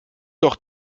doch